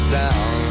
down